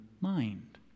mind